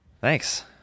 Thanks